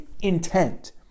intent